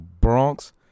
Bronx